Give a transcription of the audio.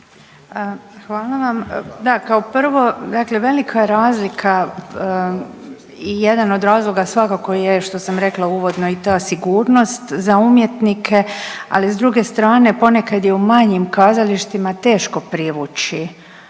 Hvala vam. Da, kao prvo velika je razlika i jedan od razloga svakako je što sam rekla uvodno i ta sigurnost za umjetnike, ali s druge strane ponekad je u manjim kazalištima teško privući